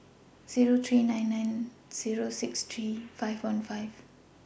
Zero three nine nine Zero six three five one five